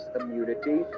immunity